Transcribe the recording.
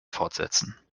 fortsetzen